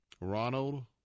Ronald